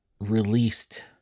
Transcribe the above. released